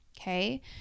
okay